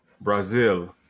Brazil